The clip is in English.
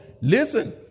Listen